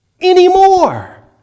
anymore